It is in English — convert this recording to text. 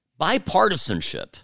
Bipartisanship